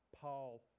Paul